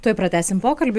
tuoj pratęsim pokalbį